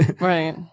Right